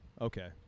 Okay